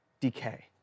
decay